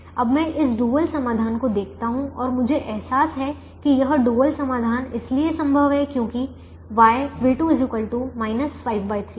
अब मैं इस डुअल समाधान को देखता हूं और मुझे एहसास होता है कि यह डुअल समाधान इसलिए संभव है क्योंकि y v2 53 है